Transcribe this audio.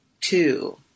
two